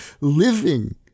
living